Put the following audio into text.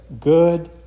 Good